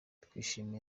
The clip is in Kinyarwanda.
twishimiye